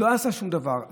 לא עשה שום דבר.